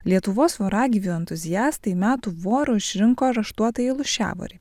lietuvos voragyvių entuziastai metų voru išrinko raštuotąjį lūšiavorį